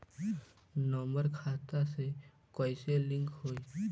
Number खाता से कईसे लिंक होई?